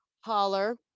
Holler